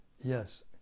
yes